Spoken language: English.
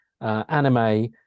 anime